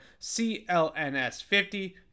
CLNS50